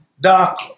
dark